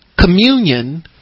communion